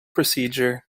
procedure